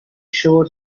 sure